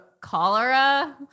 Cholera